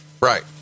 Right